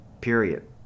Period